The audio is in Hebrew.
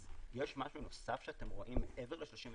אז יש משהו נוסף שאתם רואים מעבר לסעיף